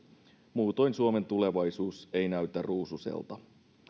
muutoin suomen tulevaisuus ei näytä ruusuiselta